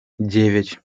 девять